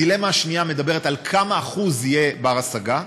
הדילמה השנייה היא כמה אחוז יהיה בר-השגה.